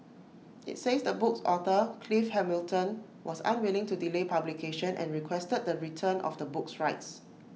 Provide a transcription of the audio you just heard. IT says the book's author Clive Hamilton was unwilling to delay publication and requested the return of the book's rights